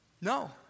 No